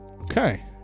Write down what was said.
Okay